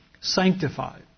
sanctified